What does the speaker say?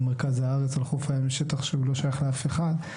במרכז הארץ על חוף הים יש שטח שהוא לא שייך לאף אחד,